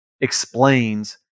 explains